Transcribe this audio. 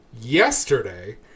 Yesterday